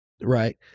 right